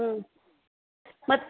म